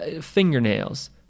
fingernails